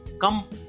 come